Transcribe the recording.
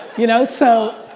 you know, so.